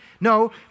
No